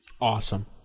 Awesome